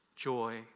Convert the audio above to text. joy